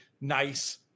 nice